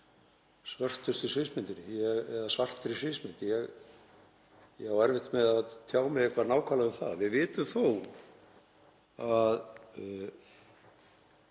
svartri sviðsmynd. Ég á erfitt með að tjá mig eitthvað nákvæmlega um það. Við vitum þó að